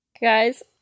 Guys